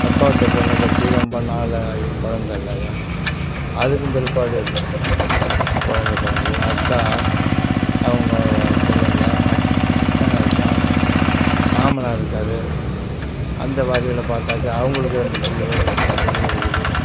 அக்கா வீட்டு பொண்ணு கட்டி ரொம்ப நாளாகி கொழந்தை இல்லாம அதுக்கும் பிற்பாடு கொழந்தை பிறந்து அக்கா அவங்க பிள்ளைங்க மச்சினன் இருக்கான் மாமனார் இருக்கார் அந்த வகையில் பார்த்தாக்கா அவங்களுக்கு ரெண்டு பிள்ளைவோ மூணு பிள்ளைவோ இருக்குது